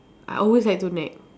I always like to nag